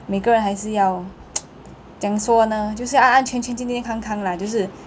每个人还是要酱说呢就是要安安全全健健康康啦就是